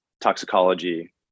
toxicology